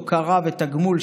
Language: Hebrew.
הוקרה ותגמול,